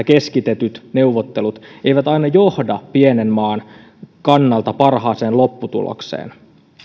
keskitetyt neuvottelut eivät aina johda pienen maan kannalta parhaaseen lopputulokseen